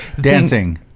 Dancing